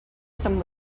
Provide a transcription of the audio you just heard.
some